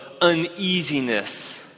uneasiness